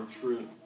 true